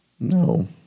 No